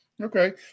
okay